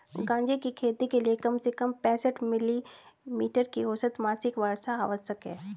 गांजे की खेती के लिए कम से कम पैंसठ मिली मीटर की औसत मासिक वर्षा आवश्यक है